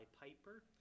Piper